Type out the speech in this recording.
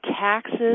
taxes